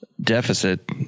deficit